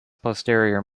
posterior